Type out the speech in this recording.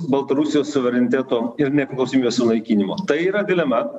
baltarusijos suvereniteto ir nepriklausomybės sunaikinimo tai yra dilema